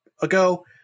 ago